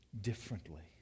differently